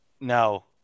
No